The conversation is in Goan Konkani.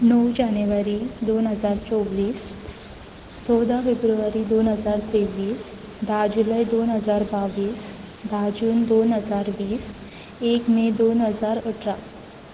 णव जानेवारी दोन हजार चोवीस चवदा फेब्रुवारी दोन हजार तेवीस धा जुलय दोन हजार बावीस धा जून दोन हजार वीस एक मे दोन हजार अठरा